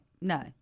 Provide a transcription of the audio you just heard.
No